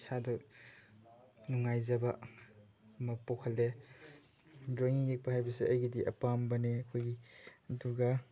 ꯏꯁꯥꯗ ꯅꯨꯡꯉꯥꯏꯖꯕ ꯑꯃ ꯄꯣꯛꯍꯜꯂꯦ ꯗ꯭ꯔꯣꯌꯤꯡ ꯌꯦꯛꯄ ꯍꯥꯏꯕꯁꯦ ꯑꯩꯒꯤꯗꯤ ꯑꯄꯥꯝꯕꯅꯦ ꯑꯩꯈꯣꯏ ꯑꯗꯨꯒ